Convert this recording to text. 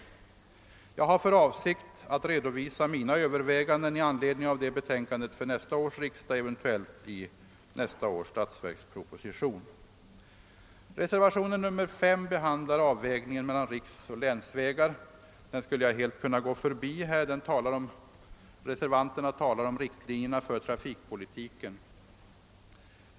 Jag har för avsikt att redovisa mina överväganden i anledning av detta betänkande för nästa års riksdag, eventuellt i nästa års statsverksproposition. Reservation 5 tar upp avvägningen mellan riksoch länsvägar samt riktlinjerna för trafikpolitiken.